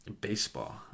baseball